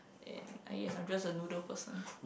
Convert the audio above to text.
and I guess I'm just a noodle person